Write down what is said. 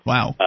Wow